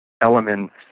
elements